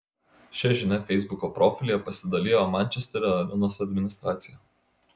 šia žinia feisbuko profilyje pasidalijo mančesterio arenos administracija